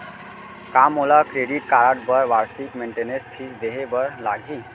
का मोला credit card बर वार्षिक मेंटेनेंस फीस देहे बर लागही?